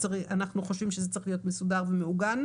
אנחנו חושבים שזה צריך להיות מסודר ומעוגן.